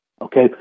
Okay